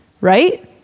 right